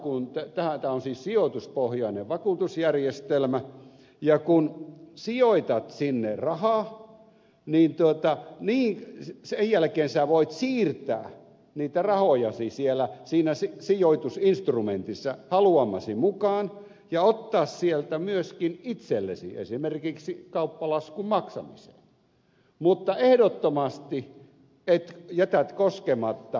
tämä on sijoituspohjainen vakuutusjärjestelmä ja kun sijoitat sinne rahaa niin sen jälkeen voit siirtää niitä rahojasi siinä sijoitusinstrumentissa haluamasi mukaan ja voit ottaa sieltä myöskin itsellesi esimerkiksi kauppalaskun maksamiseen mutta ehdottomasti jätät kaikki sijoitusten tuotot koskematta